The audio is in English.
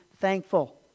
thankful